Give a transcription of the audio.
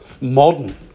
modern